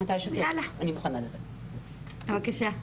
שימול, בבקשה.